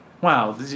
Wow